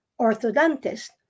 orthodontist